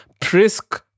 Prisk